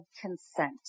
consent